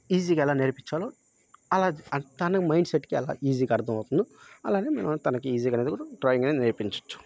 ఈజీగా ఎలా నేర్పించాలో అలా తనకు మైండ్ సెట్కి అలా ఈజీగా అర్థమవుతుందో అలాగే మనం తనకి ఈజీగా అనేది కూడా డ్రాయింగ్ అనేది నేర్పించవచ్చు